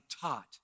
taught